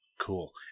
Cool